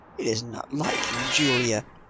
it is not like you, julia.